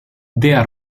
dea